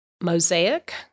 mosaic